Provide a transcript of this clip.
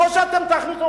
ולא שאתם תכניסו,